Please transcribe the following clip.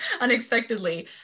Unexpectedly